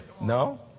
No